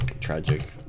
tragic